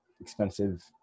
expensive